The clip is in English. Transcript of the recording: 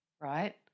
right